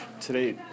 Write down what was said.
today